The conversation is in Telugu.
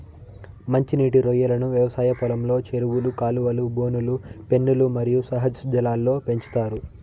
మంచి నీటి రొయ్యలను వ్యవసాయ పొలంలో, చెరువులు, కాలువలు, బోనులు, పెన్నులు మరియు సహజ జలాల్లో పెంచుతారు